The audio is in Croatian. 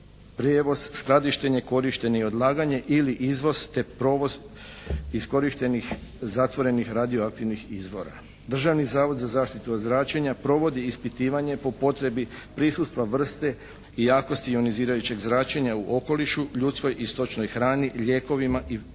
prijevoz, skladištenje, korištenje i odlaganje ili izvoz te provoz iskorištenih zatvorenih radio aktivnih izvora. Državni zavod za zaštitu od zračenja provodi ispitivanje po potrebi prisustva vrte i jakosti ionizirajućeg zračenja u okolišu, ljudskoj i stočnoj hrani, lijekovima i predmetima